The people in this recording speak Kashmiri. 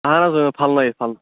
اَہَن حظ إں پھلنٲیِتھ پھل